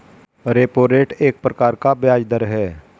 repo rate एक प्रकार का ब्याज़ दर है